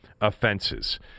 offenses